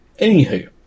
Anywho